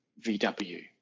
VW